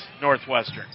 Northwestern